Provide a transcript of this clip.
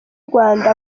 rwanda